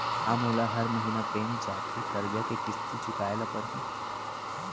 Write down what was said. का मोला हर महीना बैंक जाके करजा के किस्ती चुकाए ल परहि?